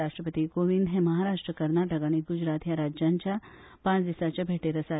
राष्ट्रपती कोविंद हे महाराष्ट्र कर्नाटक आनी गुजरात ह्या राज्यांच्या पाच दिसांच्या भेटीर आसा